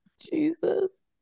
Jesus